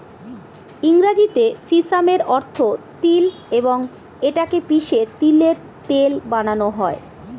ইংরেজিতে সিসামের অর্থ তিল এবং এটা কে পিষে তিলের তেল বানানো হয়